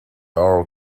our